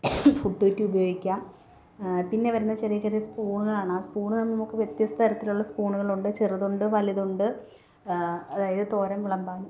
പുട്ട് കുറ്റി ഉപയോഗിക്കാം പിന്നെ വരുന്ന ചെറിയ ചെറിയ സ്പൂണുകളാണ് ആ സ്പൂണ് നമുക്ക് വ്യത്യസ്ത തരത്തിലുള്ള സ്പൂണുകളുണ്ട് ചെറുതുണ്ട് വലുതുണ്ട് അതായത് തോരൻ വിളമ്പാൻ